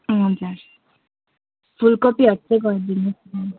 ए हजुर फुलकोपीहरू चाहिँ गरिदिनु होस् न